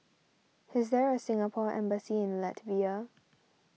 is there a Singapore Embassy in Latvia